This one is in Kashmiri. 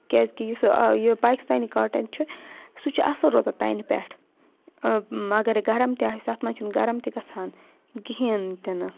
کیٛازِکہِ یُس یہِ پاکِستانہِ کاٹَن چھُ سُہ چھُ اَصٕل روزان تانہِ پؠٹھ مگر گَرَم تہِ آسہِ تَتھ منٛز چھُنہٕ گَرَم تہِ گژھان کِہیٖنۍ تہِ نہٕ